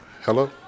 Hello